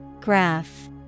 Graph